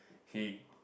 he